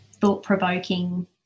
thought-provoking